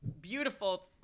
beautiful